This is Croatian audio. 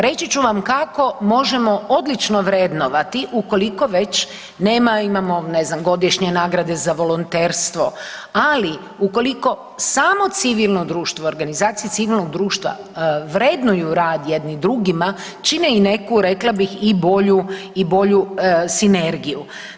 Reći ću vam kako možemo odlično vrednovati ukoliko već nema, imamo ne znam, godišnje nagrade za volonterstvo, ali ukoliko samo civilno društvo, organizacija civilnog društva vrednuju rad jedni drugima, čine i neku, rekla bih, i bolju sinergiju.